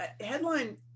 Headline